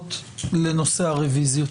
ההסתייגויות לנושא הרוויזיות.